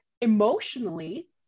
emotionally